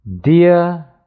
Dear